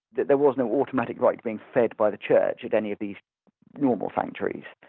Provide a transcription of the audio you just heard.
there was no automatic right to being fed by the church at any of these normal sanctuaries.